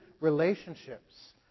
relationships